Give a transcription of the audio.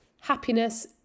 Happiness